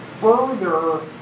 further